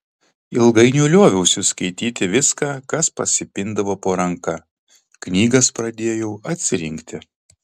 ilgainiui lioviausi skaityti viską kas pasipindavo po ranka knygas pradėjau atsirinkti